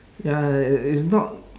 ya i~ it's not